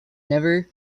never